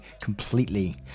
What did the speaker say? completely